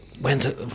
Went